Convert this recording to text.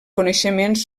coneixements